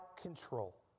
control